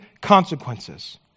consequences